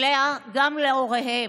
אלא גם להוריהם: